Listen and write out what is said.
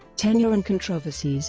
tenure and controversies